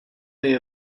pay